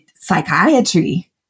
psychiatry